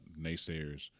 naysayers